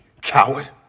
coward